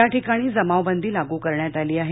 याठिकाणी जमावबंदी लागू करण्यात आली आहे